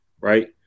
Right